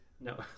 No